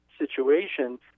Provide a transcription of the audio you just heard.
situation